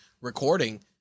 recording